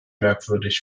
merkwürdig